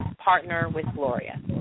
partnerwithgloria